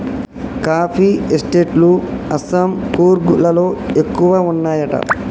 coffee estate లు అస్సాం, కూర్గ్ లలో ఎక్కువ వున్నాయట